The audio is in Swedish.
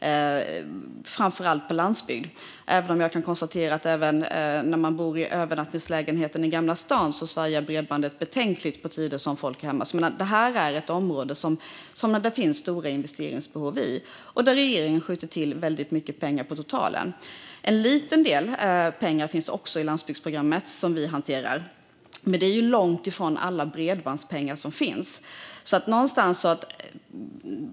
Det gäller framför allt landsbygden, även om jag kan konstatera att bredbandet svajar betänkligt även i övernattningslägenheten i Gamla stan under tider då folk är hemma. Det här är ett område där det finns stora investeringsbehov och där regeringen skjuter till väldigt mycket pengar på totalen. En liten del av pengarna finns i landsbygdsprogrammet, som vi hanterar - det är långt ifrån alla bredbandspengar som finns.